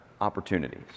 opportunities